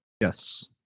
Yes